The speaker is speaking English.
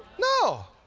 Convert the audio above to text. no.